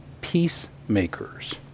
peacemakers